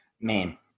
man